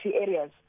areas